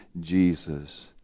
Jesus